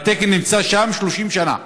והתקן נמצא שם 30 שנה.